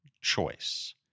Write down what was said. choice